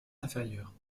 inférieur